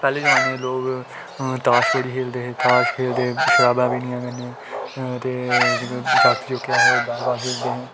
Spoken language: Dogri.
पैह्ले जमाने दे लोक ताश बड़ी खेढ़दे हे ताश खेल्लदे हे शराबां पीनियां कन्नै ते जागत जोह्के ऐ हे बैटबॉल खेढ़दे हे